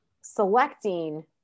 selecting